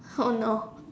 oh no